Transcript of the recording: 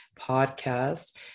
podcast